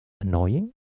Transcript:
annoying